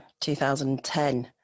2010